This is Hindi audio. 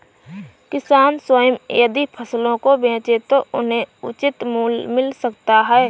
किसान स्वयं यदि फसलों को बेचे तो उन्हें उचित मूल्य मिल सकता है